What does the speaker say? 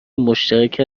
مشترک